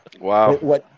Wow